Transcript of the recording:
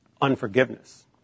unforgiveness